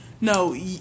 No